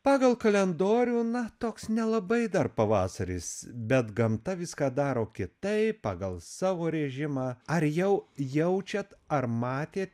pagal kalendorių na toks nelabai dar pavasaris bet gamta viską daro kitaip pagal savo režimą ar jau jaučiat ar matėt